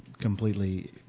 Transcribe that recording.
completely